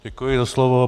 Děkuji za slovo.